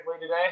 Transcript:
today